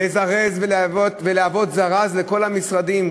לזרז ולהוות זרז לכל המשרדים,